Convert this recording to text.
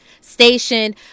station